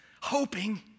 hoping